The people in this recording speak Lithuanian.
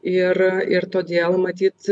ir ir todėl matyt